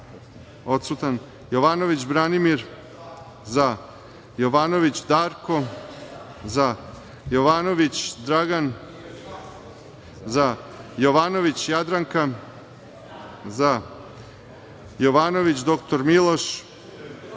odsutan; Jovanović Branimir – za; Jovanović Darko – za; Jovanović Dragan – za; Jovanović Jadranka – za; Jovanović dr Miloš – protiv; Jovanović